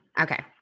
Okay